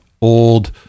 old